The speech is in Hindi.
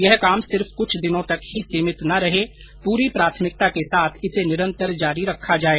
यह काम सिर्फ कुछ दिन तक ही सीमित न रहे पूरी प्राथमिकता के साथ इसे निरन्तर जारी रखा जाए